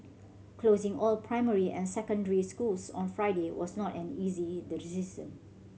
closing all primary and secondary schools on Friday was not an easy decision